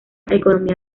economía